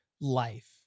life